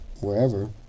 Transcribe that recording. wherever